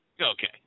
Okay